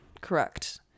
correct